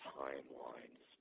timelines